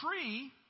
tree